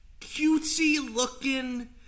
cutesy-looking